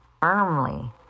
firmly